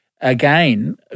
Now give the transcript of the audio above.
again